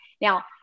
Now